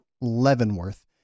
Leavenworth